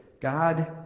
God